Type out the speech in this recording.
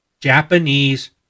Japanese